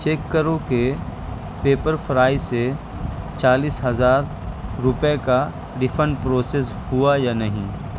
check کرو کہ Pepperfry سے چالیس ہزار روپئے کا ریفنڈ پروسیس ہوا یا نہیں